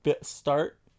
start